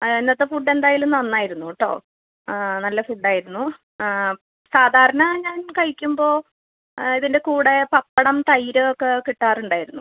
ഇന്നത്തെ ഫുഡ് എന്തായാലും നന്നായിരുന്നു കേട്ടോ നല്ല ഫുഡ് ആയിരുന്നു സാധാരണ ഞാൻ കഴിക്കുമ്പോൾ ഇതിന്റെ കൂടെ പപ്പടം തൈര് ഒക്കെ കിട്ടാറുണ്ടായിരുന്നു